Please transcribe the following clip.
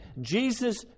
jesus